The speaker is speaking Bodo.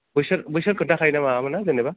बैसोर बैसोर खोनथा खायो नामा माबामोना जेन'बा